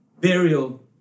burial